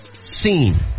scene